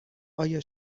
آیا